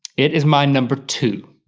it is my number two.